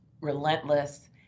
relentless